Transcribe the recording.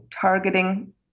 targeting